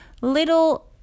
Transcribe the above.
little